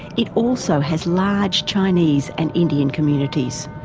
it also has large chinese and indian communities.